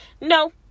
No